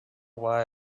why